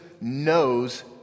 knows